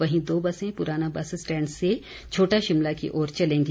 वहीं दो बसें पुराना बस स्टैंड से छोटा शिमला की ओर चलेंगी